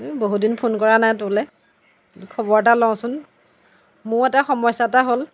এই বহুদিন ফোন কৰা নাই তোলৈ খবৰ এটা লওঁচোন মোও এটা সমস্যা এটা হ'ল